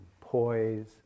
poise